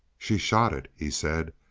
she shot it, he said,